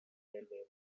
railway